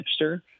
hipster